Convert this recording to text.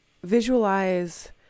Visualize